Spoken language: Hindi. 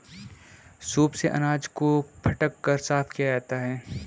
सूप से अनाज को फटक कर साफ किया जाता है